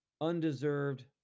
undeserved